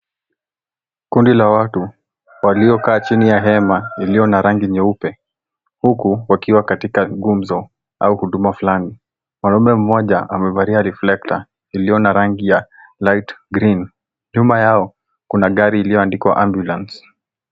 Kundi la watu waliokaa chini ya hema lililo na rangi nyeupe. Huku wakiwa katika gumzo au huduma fulani. Mwanamume mmoja amevalia reflector iliyo na rangi ya light green . Nyuma yao kuna gari iliyoandikwaa mbulance .